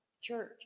church